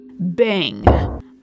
Bang